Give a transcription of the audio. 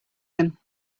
him